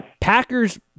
Packers